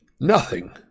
Nothing